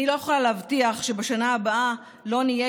אני לא יכולה להבטיח שבשנה הבאה לא נהיה